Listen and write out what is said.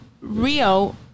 Rio